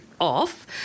off